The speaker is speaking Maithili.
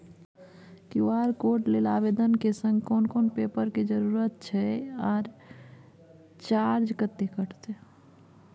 क्यू.आर कोड लेल आवेदन के संग कोन कोन पेपर के जरूरत इ आ चार्ज कत्ते कटते?